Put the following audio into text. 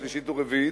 שלישית ורביעית,